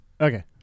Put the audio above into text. Okay